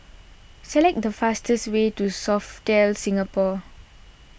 select the fastest way to Sofitel Singapore